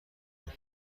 برو